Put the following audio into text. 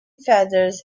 feathers